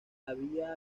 había